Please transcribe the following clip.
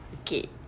Okay